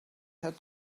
had